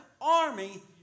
army